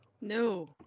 No